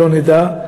שלא נדע,